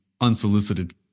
unsolicited